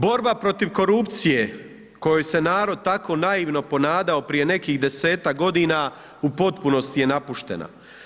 Borba protiv korupcije kojoj se narod tako naivno ponadao prije nekih 10-ak godina u potpunosti je napuštena.